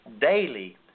daily